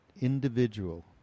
individual